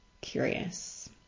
curious